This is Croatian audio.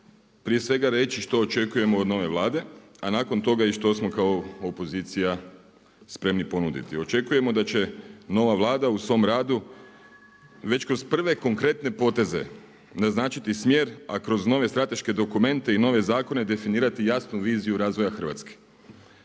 prije svega reći što očekujemo od nove Vlade, a nakon toga i što smo kao opozicija spremni ponuditi. Očekujemo da će nova Vlada u svom radu već kroz prve konkretne poteze naznačiti smjer a kroz nove strateške dokumente i nove zakone definirati jasnu viziju razvoja Hrvatske.